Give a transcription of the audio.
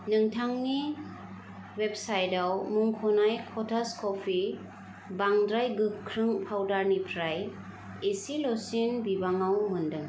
नोंथांनि वेबसाइटआव मुंख'नाय क'थास क'फि बांद्राय गोख्रों पाउदारनिफ्राय इसेल'सिन बिबाङाव मोनदों